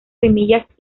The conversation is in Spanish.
semillas